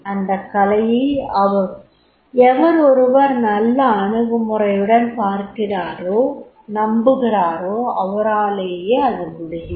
அந்தக் கலையை எவர் ஒருவர் நல்ல அணுகுமுறையுடன் பார்க்கிறாரோ நம்புகிறாரோ அவராலேயே அது முடியும்